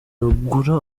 rugura